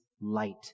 light